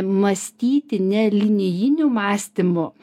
mąstyti ne linijiniu mąstymu